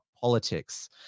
politics